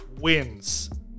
wins